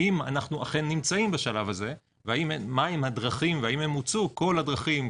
האם אכן אנחנו נמצאים בשלב הזה ומהם הדרכים והאם מוצו כל הדרכים,